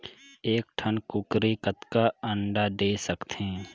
एक ठन कूकरी कतका अंडा दे सकथे?